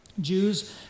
Jews